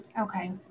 Okay